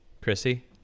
chrissy